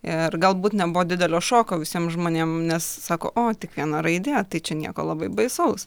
ir galbūt nebuvo didelio šoko visiem žmonėm nes sako o tik viena raidė tai čia nieko labai baisaus